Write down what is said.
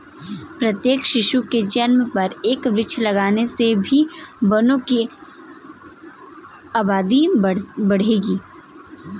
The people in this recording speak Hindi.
प्रत्येक शिशु के जन्म पर एक वृक्ष लगाने से भी वनों की आबादी बढ़ेगी